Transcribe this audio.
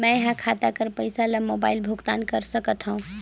मैं ह खाता कर पईसा ला मोबाइल भुगतान कर सकथव?